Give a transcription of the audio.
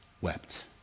wept